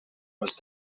was